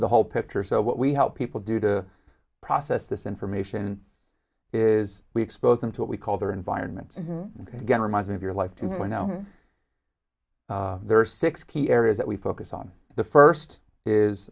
the whole picture so what we help people do to process this information is we expose them to what we call their environment get reminded of your life to know there are six key areas that we focus on the first is